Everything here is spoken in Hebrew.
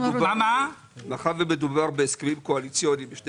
מאחר ומדובר בהסכמים קואליציוניים בשני